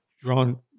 drawn